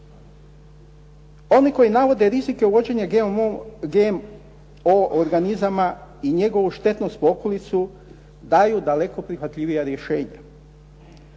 Oni koji navode rizike uvođenja GMO organizma i njegovu štetnost po okolicu, daju daleko prihvatljivija rješenja.